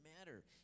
matter